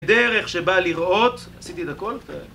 דרך שבאה לראות, עשיתי את הכל